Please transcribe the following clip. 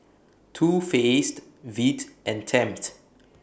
Too Faced Veet and Tempt